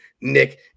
Nick